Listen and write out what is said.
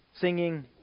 singing